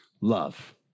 love